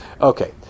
Okay